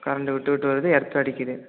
current விட்டு விட்டு வருது எர்த் அடிக்குது